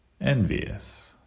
envious